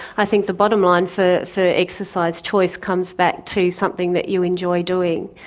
i think the bottom line for for exercise choice comes back to something that you enjoy doing.